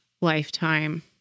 lifetime